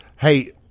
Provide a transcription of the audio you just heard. Hey